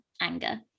anger